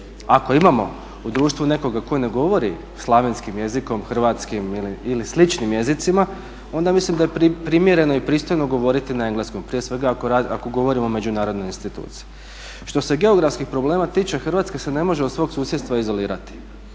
ako imamo u društvu nekoga koji ne govori slavenskim jezikom hrvatskim ili sličnim jezicima onda mislim da je primjereno i pristojno govoriti na engleskom, prije svega ako govorimo o međunarodnoj instituciji. Što se geografskih problema tiče Hrvatska se ne može od svog susjedstva izolirati